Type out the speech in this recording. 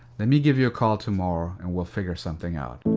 let me give you a call tomorrow and we'll figure something out.